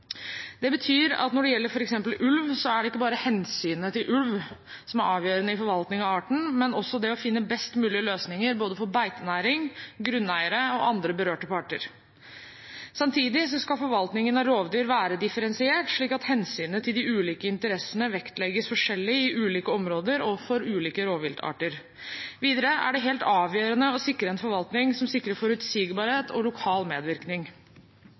Det betyr at når det gjelder f.eks. ulv, er det ikke bare hensynet til ulv som er avgjørende i forvaltningen av arten, men også det å finne best mulige løsninger både for beitenæring, grunneiere og andre berørte parter. Samtidig skal forvaltningen av rovdyr være differensiert, slik at hensynet til de ulike interessene vektlegges forskjellig i ulike områder og overfor ulike rovviltarter. Videre er det helt avgjørende å sikre en forvaltning som sikrer forutsigbarhet og lokal medvirkning.